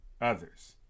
others